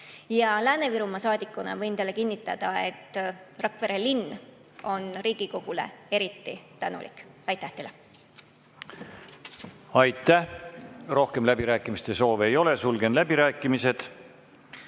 Ja Lääne-Virumaa saadikuna võin teile kinnitada, et Rakvere linn on Riigikogule eriti tänulik. Aitäh teile! Aitäh! Rohkem läbirääkimiste soovi ei ole. Sulgen läbirääkimised.